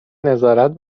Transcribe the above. نظارت